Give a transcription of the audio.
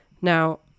Now